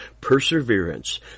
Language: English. perseverance